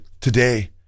today